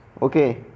Okay